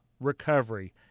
Recovery